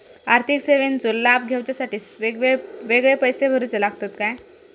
आर्थिक सेवेंचो लाभ घेवच्यासाठी वेगळे पैसे भरुचे लागतत काय?